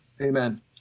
amen